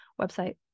website